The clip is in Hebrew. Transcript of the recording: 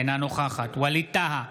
אינה נוכחת ווליד טאהא,